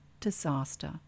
disaster